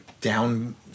down